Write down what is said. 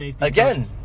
Again